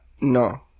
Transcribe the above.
No